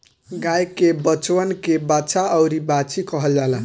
गाय के बचवन के बाछा अउरी बाछी कहल जाला